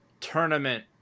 tournament